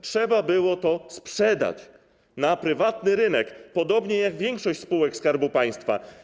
Trzeba było to sprzedać na prywatnym rynku, podobnie jak większość spółek Skarbu Państwa.